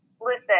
Listen